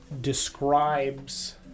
describes